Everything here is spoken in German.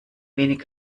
wenig